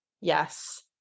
Yes